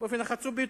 באופן חצוף ביותר.